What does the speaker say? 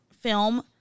film